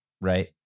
right